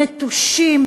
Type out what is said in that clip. נטושים.